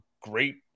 great